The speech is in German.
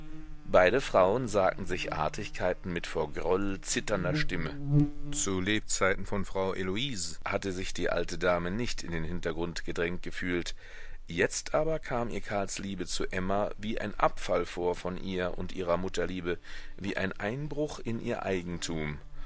beide frauen sagten sich artigkeiten mit vor groll zitternder stimme zu lebzeiten von frau heloise hatte sich die alte dame nicht in den hintergrund gedrängt gefühlt jetzt aber kam ihr karls liebe zu emma wie ein abfall vor von ihr und ihrer mutterliebe wie ein einbruch in ihr eigentum